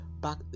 back